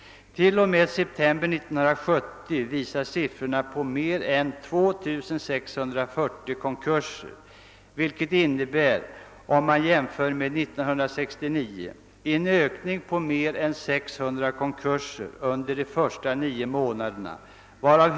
T.o.m. september 1970 visar siffrorna på mer än 2640 konkurser, vilket om man jämför med de nio första månaderna 1969 innebär en ökning med mer än 600 konkurser.